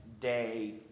day